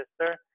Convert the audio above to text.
sister